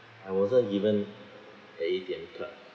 I wasn't given a A_T_M card